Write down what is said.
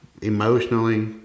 Emotionally